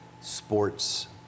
sports